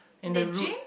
in the dream